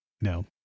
no